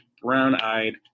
brown-eyed